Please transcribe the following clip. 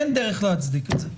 אין דרך להצדיק את זה,